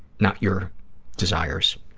not your desires.